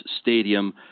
stadium